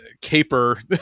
caper